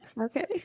okay